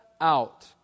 out